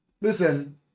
Listen